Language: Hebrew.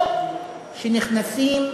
או שנכנסים,